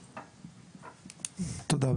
תודה.